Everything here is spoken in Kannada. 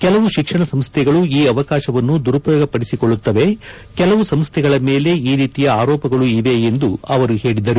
ಕೆಲವು ಶಿಕ್ಷಣ ಸಂಸ್ಥೆಗಳು ಈ ಅವಕಾಶವನ್ನು ದುರುಪಯೋಗ ಪಡಿಸಿಕೊಳ್ಳುತ್ತವೆ ಕೆಲವು ಸಂಸ್ಥೆಗಳ ಮೇಲೆ ಈ ರೀತಿಯ ಆರೋಪಗಳೂ ಇವೆ ಎಂದು ಅವರು ಹೇಳಿದರು